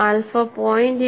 alpha 0